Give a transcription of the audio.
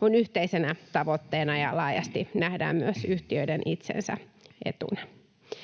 on yhteisenä tavoitteena ja laajasti nähdään myös yhtiöiden itsensä etuna.